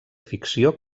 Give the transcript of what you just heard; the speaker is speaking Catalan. ficció